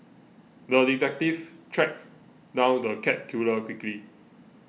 the detective tracked down the cat killer quickly